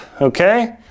Okay